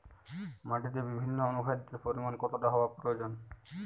মাটিতে বিভিন্ন অনুখাদ্যের পরিমাণ কতটা হওয়া প্রয়োজন?